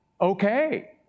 okay